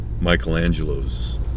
Michelangelo's